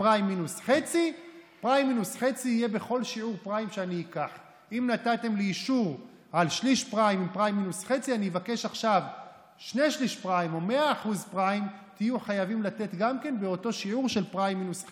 אנחנו עושים את הדיסריגרד באופן הרבה הרבה הרבה יותר מתון ממה שהוא היה.